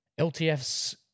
LTFs